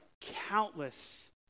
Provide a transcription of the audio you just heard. countless